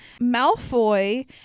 Malfoy